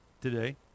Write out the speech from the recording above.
today